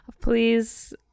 Please